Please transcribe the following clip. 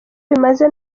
bimaze